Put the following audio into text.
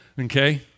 Okay